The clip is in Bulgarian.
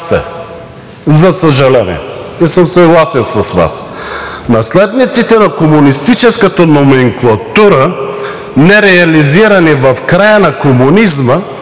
за съжаление – съгласен съм с Вас. Наследниците на комунистическата номенклатура, нереализирани в края на комунизма,